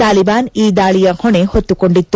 ತಾಲಿಬಾನ್ ಈ ದಾಳಿಯ ಹೊಣೆ ಹೊತ್ತುಕೊಂಡಿತ್ತು